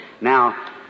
Now